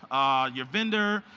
your vendor,